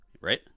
Right